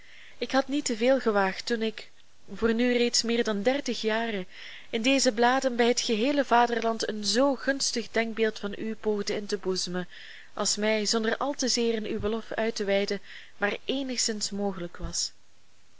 ik had niet te veel gewaagd toen ik voor nu reeds meer dan dertig jaren in deze bladen bij het geheele vaderland een zoo gunstig denkbeeld van u poogde in te boezemen als mij zonder al te zeer in uwen lof uit te weiden maar eenigszins mogelijk was